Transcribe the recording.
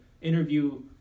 interview